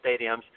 stadiums